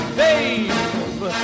babe